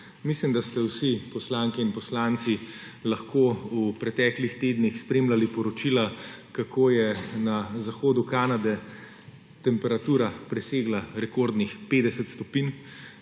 Mislim, da ste vsi, poslanke in poslanci, lahko v preteklih tednih spremljali poročila, kako je na zahodu Kanade temperatura presegla rekordnih 50 stopinj,